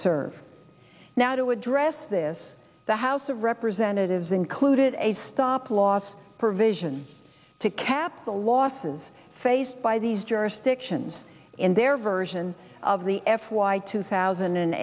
serve now to address this the house of representatives included a stop loss provision to cap the losses faced by these jurisdictions in their version of the f y two thousand and